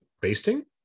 basting